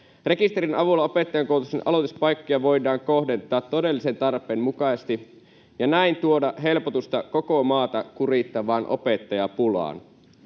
Rekisterin avulla opettajankoulutuksen aloituspaikkoja voidaan kohdentaa todellisen tarpeen mukaisesti ja näin tuoda helpotusta koko maata kurittavaan opettajapulaan.